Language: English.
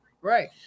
Right